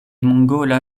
mongola